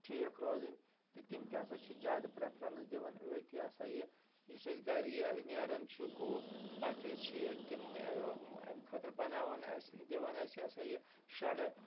ٹھیٖک روزٕنۍ تہٕ تِم تہِ ہسا چھِ زیادٕ پرٛیفٔرَنس دِوان أتھۍ یا سا یہِ یُس اَسہِ گرِ یہِ نیران چھُ گُہہ پَتہٕ یُس یہِ تِم اَمہِ خٲطرٕ بَناوان اَسہِ دِوان اَسہِ یا سا یہِ شَڈٕ